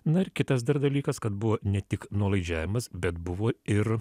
na ir kitas dar dalykas kad buvo ne tik nuolaidžiavimas bet buvo ir